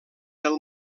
del